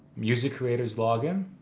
music creators login.